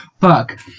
Fuck